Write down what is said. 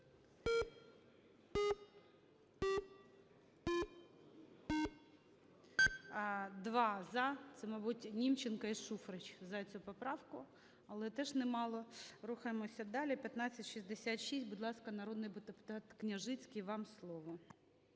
За-2 Це, мабуть, Німченко і Шуфрич за цю поправку. Але теж немало. Рухаємося далі. 1566. Будь ласка, народний депутатКняжицький, вам слово.